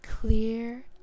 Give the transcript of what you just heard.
clear